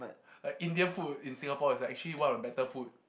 Indian food in Singapore is actually one of the better food